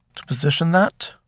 to position that.